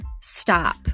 stop